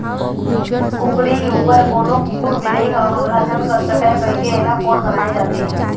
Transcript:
कुकरी उपर कोनो कुकुर, बिलई ह हमला झन कर सकय कहिके एला पोठ बनाए जाथे